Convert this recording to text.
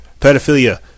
pedophilia